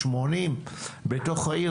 80 בתוך העיר,